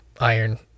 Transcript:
iron